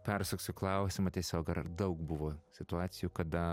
persuksiu klausimą tiesiog ar ar daug buvo situacijų kada